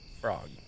frog